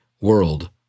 world